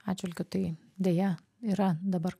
atžvilgiu tai deja yra dabar